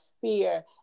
fear